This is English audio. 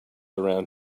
around